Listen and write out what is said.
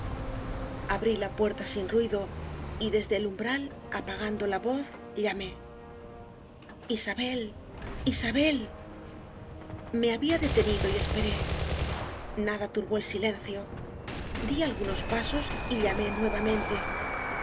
abrí la puerta sin ruido y desde el umbral apagando la voz llamé isabel isabel me había detenido y esperé nada turbó el silencio di algunos pasos y llamé